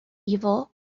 evil